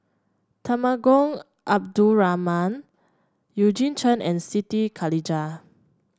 Temenggong Abdul Rahman Eugene Chen and Siti Khalijah